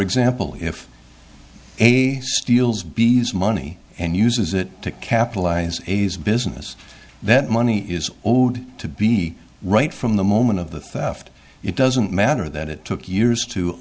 example if he steals b s money and uses it to capitalize a's business that money is owed to be right from the moment of the theft it doesn't matter that it took years to